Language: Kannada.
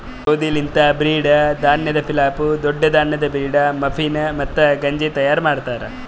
ಗೋದಿ ಲಿಂತ್ ಬ್ರೀಡ್, ಧಾನ್ಯದ್ ಪಿಲಾಫ್, ದೊಡ್ಡ ಧಾನ್ಯದ್ ಬ್ರೀಡ್, ಮಫಿನ್, ಮತ್ತ ಗಂಜಿ ತೈಯಾರ್ ಮಾಡ್ತಾರ್